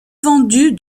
vendu